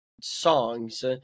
songs